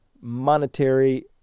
monetary